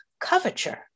coverture